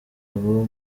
abo